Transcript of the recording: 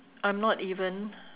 I'm not even